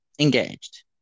engaged